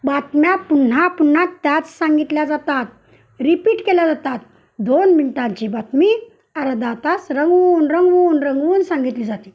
बातम्या पुन्हा पुन्हा त्याच सांगितल्या जातात रिपीट केल्या जातात दोन मिनटांची बातमी अर्धा तास रंगवून रंगवून रंगवून सांगितली जाते